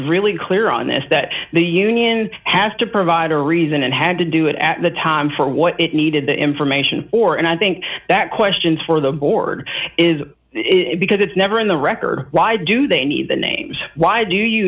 really clear on this that the union has to provide a reason and had to do it at the time for what it needed the information or and i think that questions for the board is it because it's never in the record why do they need the names why do you